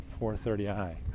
430i